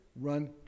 run